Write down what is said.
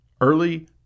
Early